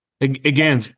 Again